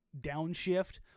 downshift